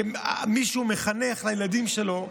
כמי שמחנכים את הילדים שלהם,